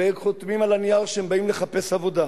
וחותמים על הנייר שהם באים לחפש עבודה.